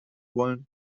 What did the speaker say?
wollen